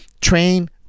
Train